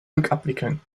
rückabwickeln